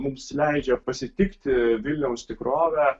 mums leidžia pasitikti viliaus tikrovę